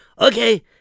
Okay